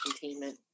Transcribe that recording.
containment